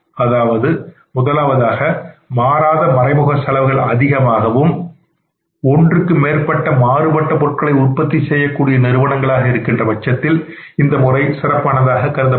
அதாவது முதலாவதாக மாறாத மறைமுக செலவுகள் அதிகமாகவும் ஒன்றுக்கு மேற்பட்ட மாறுபட்ட பொருட்களை உற்பத்தி செய்யக்கூடிய நிறுவனங்களாக இருக்கின்ற பட்சத்தில் இம்முறை சிறப்பானதாக கருதப்படும்